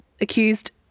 accused